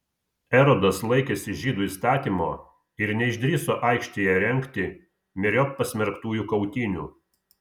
erodas laikėsi žydų įstatymo ir neišdrįso aikštėje rengti myriop pasmerktųjų kautynių